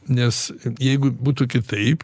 nes jeigu būtų kitaip